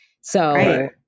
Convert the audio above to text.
So-